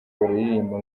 bararirimba